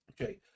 Okay